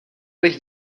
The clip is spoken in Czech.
bych